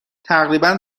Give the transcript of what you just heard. تقریبا